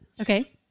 Okay